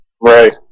Right